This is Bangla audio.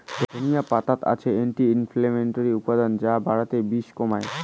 ধনিয়া পাতাত আছে অ্যান্টি ইনফ্লেমেটরি উপাদান যা বাতের বিষ কমায়